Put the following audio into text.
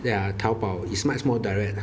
ya Taobao is much more direct